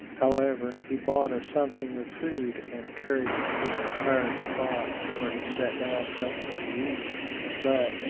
however, he bought a something of food and carried it to a retired spot where he sat down thinking to eat but,